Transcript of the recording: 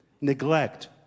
Neglect